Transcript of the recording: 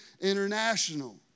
International